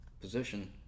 position